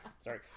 Sorry